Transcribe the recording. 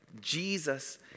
Jesus